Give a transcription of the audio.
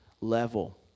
level